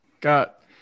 got